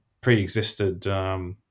pre-existed